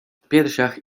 piersiach